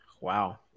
Wow